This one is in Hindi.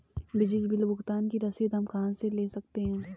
बिजली बिल भुगतान की रसीद हम कहां से ले सकते हैं?